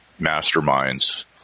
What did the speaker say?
masterminds